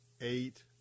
eight